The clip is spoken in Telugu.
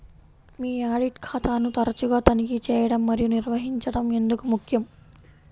మీ ఆడిట్ ఖాతాను తరచుగా తనిఖీ చేయడం మరియు నిర్వహించడం ఎందుకు ముఖ్యం?